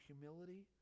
humility